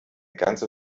ganze